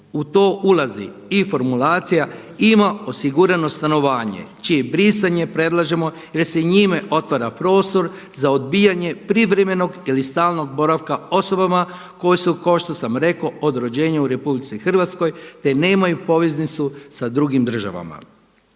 U to ulazi i formulacija ima osigurano stanovanje čije brisanje predlažemo jer se njime otvara prostor za odbijanje privremenog ili stalnog boravka osobama koje su kao što sam rekao od rođenja u RH, te nemaju poveznicu sa drugim državama.